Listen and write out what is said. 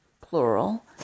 plural